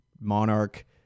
monarch